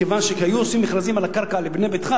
כיוון שהיו עושים מכרזים על הקרקע ל"בנה ביתך",